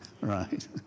right